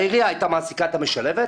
העירייה הייתה מעסיקה את המשלבת,